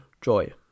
joy